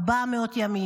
400 ימים.